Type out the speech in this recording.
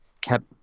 kept